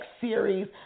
series